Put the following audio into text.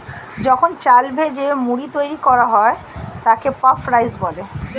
যখন চাল ভেজে মুড়ি তৈরি করা হয় তাকে পাফড রাইস বলে